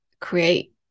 create